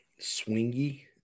swingy